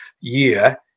year